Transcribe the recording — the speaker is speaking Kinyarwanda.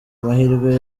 mahirwe